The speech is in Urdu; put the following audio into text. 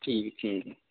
ٹھیک ہے